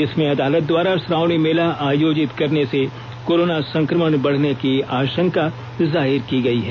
इसमें अदालत द्वारा श्रावणी मेला आयोजित करने से कोरोना संक्रमण बढ़ने की आषंका जाहिर की है